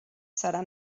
serà